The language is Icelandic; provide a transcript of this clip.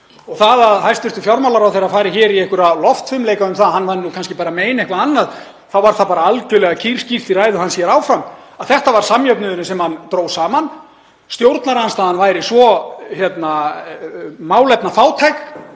Það að hæstv. fjármálaráðherra fari hér í einhverja loftfimleika um að hann væri nú kannski að meina eitthvað annað þá var það bara algjörlega kýrskýrt í ræðu hans að þetta var samjöfnuðurinn sem hann dró saman, stjórnarandstaðan væri svo málefnafátæk